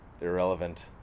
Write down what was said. irrelevant